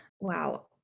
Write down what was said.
Wow